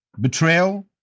betrayal